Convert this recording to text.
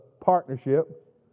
partnership